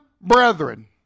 brethren